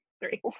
three